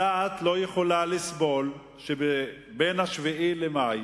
הדעת לא יכולה לסבול שבין 7 במאי